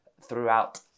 throughout